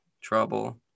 trouble